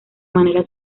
manera